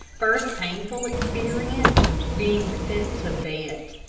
first painful experience being sent to vet.